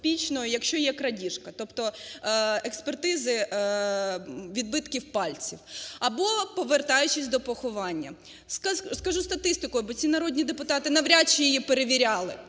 якщо є крадіжка, тобто експертизи відбитків пальців. Або, повертаючись до поховання, скажу статистику, бо ці народні депутати навряд чи її перевіряли.